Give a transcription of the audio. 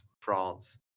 France